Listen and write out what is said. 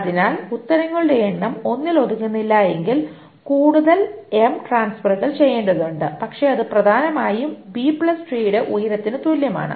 അതിനാൽ ഉത്തരങ്ങളുടെ എണ്ണം ഒന്നിൽ ഒതുങ്ങുന്നില്ലെങ്കിൽ കൂടുതൽ ട്രാൻസ്ഫറുകൾ ചെയ്യേണ്ടതുണ്ട് പക്ഷേ അത് പ്രധാനമായും B ട്രീയുടെ B tree ഉയരത്തിന് തുല്യമാണ്